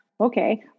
Okay